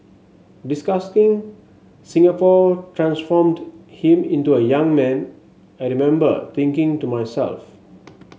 discussing Singapore transformed him into a young man I remember thinking to myself